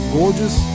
gorgeous